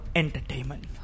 entertainment